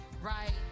right